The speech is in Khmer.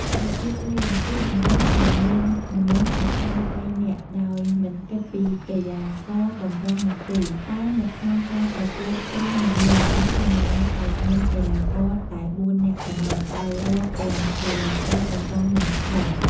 របៀបលេង គឺតម្រូវអោយមានមនុស្សម្ខាង ៣ នាក់ដោយមិនគិតពីកីឡាករបម្រុងនោះទេ តែនៅក្នុងការប្រកួតក្រុមនីមួយៗអនុញ្ញាតឲ្យមានកីឡាករតែ ៤ នាក់ប៉ុណ្ណោះដោយរាប់ទាំងកីឡាករបម្រុងម្នាក់ផង ។